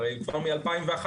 הרי כבר מ-2011